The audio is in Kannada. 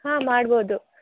ಹಾಂ ಮಾಡ್ಬೋದು